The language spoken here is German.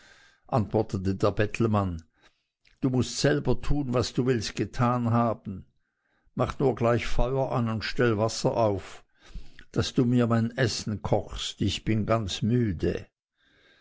antwortete der bettelmann du mußt selber tun was du willst getan haben mach nur gleich feuer an und stell wasser auf daß du mir mein essen kochst ich bin ganz müde